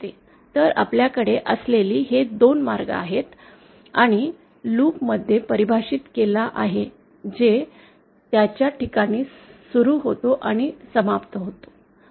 तर आपल्याकडे असलेले हे 2 मार्ग आहेत आणि लूप मध्ये परिभाषित केला आहे जो त्याच ठिकाणी सुरू होतो आणि समाप्त होतो